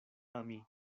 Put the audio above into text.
ami